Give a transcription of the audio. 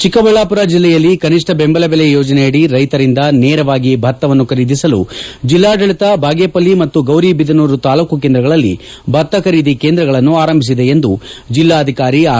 ಚಿಕ್ಕಬಳ್ಳಾಪುರ ಜಿಲ್ಲೆಯಲ್ಲಿ ಕನಿಷ್ಠ ಬೆಂಬಲ ಬೆಲೆ ಯೋಜನೆಯಡಿ ರೈತರಿಂದ ನೇರವಾಗಿ ಭತ್ತವನ್ನು ಖರೀದಿಸಲು ಜಿಲ್ಲಾಡಳಿತ ಬಾಗೇಪಲ್ಲಿ ಮತ್ತು ಗೌರಿಬಿದನೂರು ತಾಲೂಕು ಕೇಂದ್ರಗಳಲ್ಲಿ ಭತ್ತ ಖರೀದಿ ಕೇಂದ್ರಗಳನ್ನು ಆರಂಭಿಸಿದೆ ಎಂದು ಜಿಲ್ಲಾಧಿಕಾರಿ ಆರ್